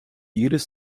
jedes